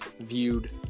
viewed